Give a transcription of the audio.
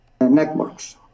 Networks